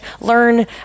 learn